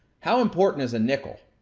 how important is a nickel?